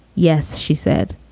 yes, she said,